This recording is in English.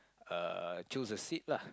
uh choose a seat lah